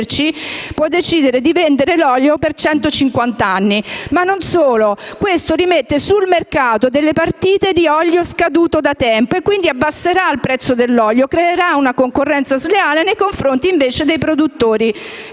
può decidere di vendere quell'olio per 150 anni; non solo: questo rimette sul mercato partite di olio scaduto da tempo e quindi abbasserà il prezzo dell'olio e creerà una concorrenza sleale nei confronti dei produttori